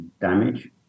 damage